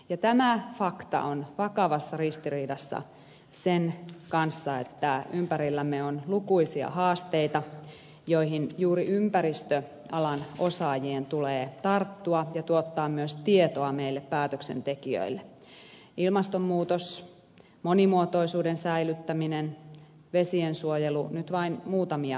ja tämä fakta on vakavassa ristiriidassa sen kanssa että ympärillämme on lukuisia haasteita joihin juuri ympäristöalan osaajien tulee tarttua ja tuottaa myös tietoa meille päätöksentekijöille ilmastonmuutos monimuotoisuuden säilyttäminen vesiensuojelu nyt vain muutamia mainitakseni